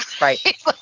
Right